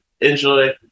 Enjoy